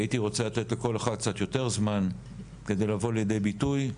הייתי רוצה לתת לכל אחד קצת יותר זמן כדי לבוא לידי ביטוי,